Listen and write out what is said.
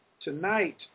tonight